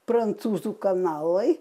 prancūzų kanalai